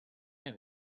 out